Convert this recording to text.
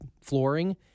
flooring